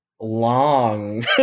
long